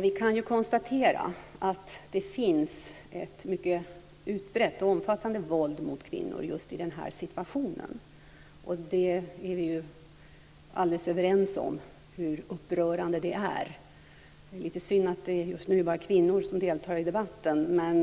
Fru talman! Vi kan konstatera att det finns ett mycket utbrett och omfattande våld mot kvinnor i just den här situationen, och vi är överens om hur upprörande det är. Det är lite synd att det just nu bara är kvinnor som deltar i debatten. Men